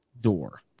door